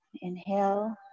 inhale